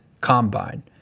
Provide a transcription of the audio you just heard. combine